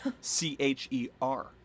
C-H-E-R